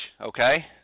okay